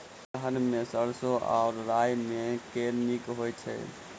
तेलहन मे सैरसो आ राई मे केँ नीक होइ छै?